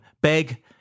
beg